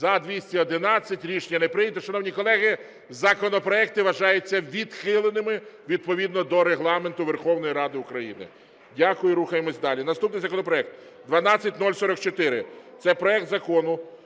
За-211 Рішення не прийнято. Шановні колеги, законопроекти вважаються відхиленими відповідно до Регламенту Верховної Ради України. Дякую. Рухаємося далі. Наступний законопроект 12044 – це проект Закону